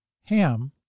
Ham